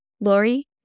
Lori